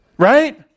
right